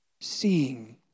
seeing